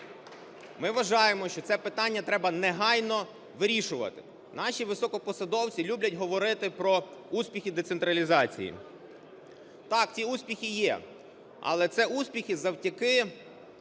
Ми вважаємо, що це питання треба негайно вирішувати. Наші високопосадовці люблять говорити про успіхи децентралізації. Так, ці успіхи є. Але це успіхи завдяки